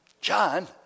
John